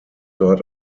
dort